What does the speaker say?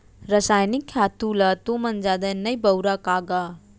रसायनिक खातू ल तुमन जादा नइ बउरा का गा?